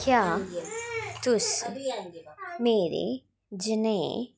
क्या तुस मेरे जनेह्